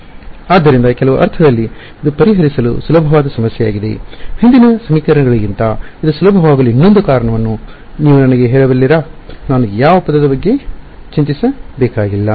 ಆದ್ದರಿಂದ ಕೆಲವು ಅರ್ಥದಲ್ಲಿ ಇದು ಪರಿಹರಿಸಲು ಸುಲಭವಾದ ಸಮಸ್ಯೆಯಾಗಿದೆ ಹಿಂದಿನ ಸಮೀಕರಣಗಳಿಗಿಂತ ಇದು ಸುಲಭವಾಗಲು ಇನ್ನೊಂದು ಕಾರಣವನ್ನು ನೀವು ನನಗೆ ಹೇಳಬಲ್ಲಿರಾ ನಾನು ಯಾವ ಪದದ ಬಗ್ಗೆ ಚಿಂತಿಸಬೇಕಾಗಿಲ್ಲ